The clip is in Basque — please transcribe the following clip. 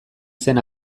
zen